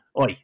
oi